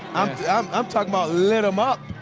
um i'm talking about lit them up.